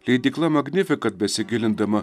leidykla magnifikat besigilindama